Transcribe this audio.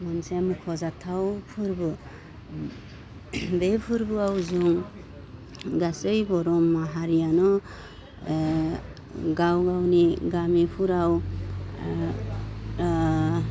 मोनसे मख'जाथाव फोरबो बे फोरबोआव जों गासै बर' माहारियानो गाव गावनि गामिफोराव